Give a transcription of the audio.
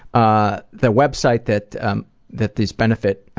ah the website that um that this benefit,